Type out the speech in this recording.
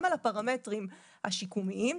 מדובר גם בפרמטרים השיקומיים,